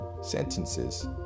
sentences